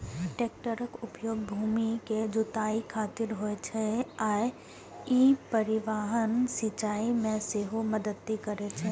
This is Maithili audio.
टैक्टरक उपयोग भूमि के जुताइ खातिर होइ छै आ ई परिवहन, सिंचाइ मे सेहो मदति करै छै